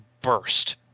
burst